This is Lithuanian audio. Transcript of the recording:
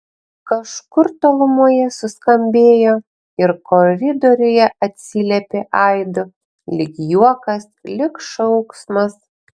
kažkur tolumoje suskambėjo ir koridoriuje atsiliepė aidu lyg juokas lyg šauksmas